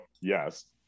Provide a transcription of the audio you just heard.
yes